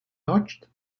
notched